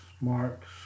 marks